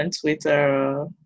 Twitter